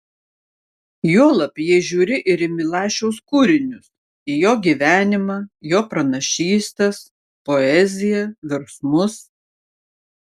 juolab jei žiūri ir į milašiaus kūrinius į jo gyvenimą jo pranašystes poeziją virsmus